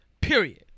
period